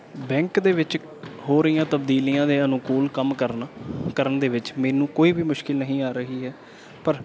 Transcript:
bank ਦੇ ਵਿੱਚ ਹੋ ਰਹੀਆਂ ਤਬਦੀਲੀਆਂ ਦੇ ਅਨੁਕੂਲ ਕੰਮ ਕਰਨਾ ਕਰਨ ਦੇ ਵਿੱਚ ਮੈਨੂੰ ਕੋਈ ਵੀ ਮੁਸ਼ਕਿਲ ਨਹੀਂ ਆ ਰਹੀ ਹੈ ਪਰ